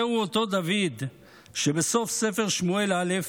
זהו אותו דוד שבסוף ספר שמואל א',